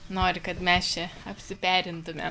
nori kad mes čia apsiperintume